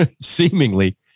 seemingly